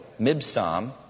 Mibsam